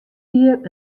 jier